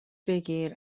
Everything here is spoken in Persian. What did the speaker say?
بگیر